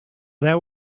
that